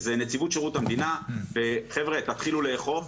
זה נציבות שרות המדינה, חבר'ה, תתחילו לאכוף.